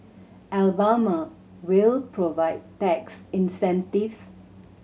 Alabama will provide tax incentives